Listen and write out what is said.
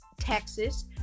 Texas